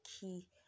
key